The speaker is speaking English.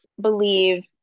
believe